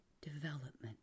development